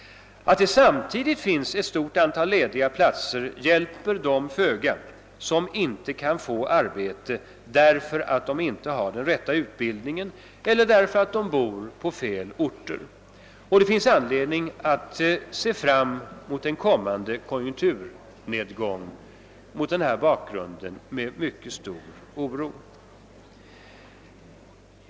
Att det samtidigt finns ett stort antal lediga platser hjälper föga dem som inte kan få arbete därför att de inte har den rätta utbildningen eller därför att de bor på fel orter. Det finns anledning att mot denna bakgrund se med stor oro mot en kommande konjunkturnedgång.